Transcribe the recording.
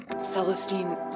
Celestine